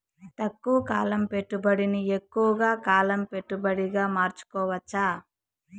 తక్కువ కాలం పెట్టుబడిని ఎక్కువగా కాలం పెట్టుబడిగా మార్చుకోవచ్చా?